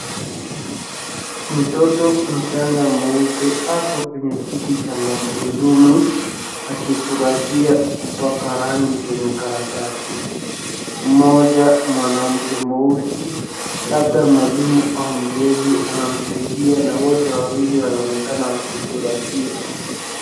Mtoto mchanga mweupe ako kwenye kiti cha magurudumu akifurahia kupaka rangi kwenye karatasi. Mmoja mwanamke mweusi labda mwalimu au mlezi anamsaidia na wote wawili wanaonekana wakifurahia.